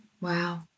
Wow